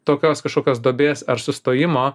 tokios kašokios duobės ar sustojimo